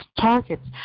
targets